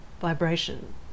vibration